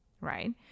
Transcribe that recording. right